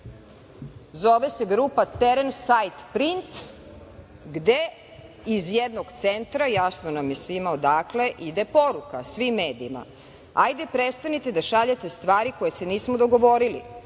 zove se grupa „Teren sajt print“ gde iz jednog centra, jasno nam je svima odakle ide poruka svim medijima - ajde prestanite da šaljete stvari koje se nismo dogovorili,